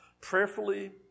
prayerfully